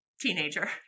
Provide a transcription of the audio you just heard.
teenager